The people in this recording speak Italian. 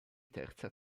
terza